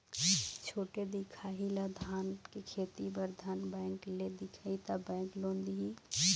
छोटे दिखाही ला धान के खेती बर धन बैंक ले दिखाही ला बैंक लोन दिही?